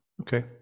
Okay